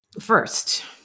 First